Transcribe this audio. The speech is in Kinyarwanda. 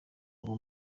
uwo